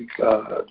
God